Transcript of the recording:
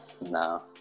No